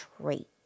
trait